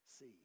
see